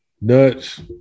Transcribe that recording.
nuts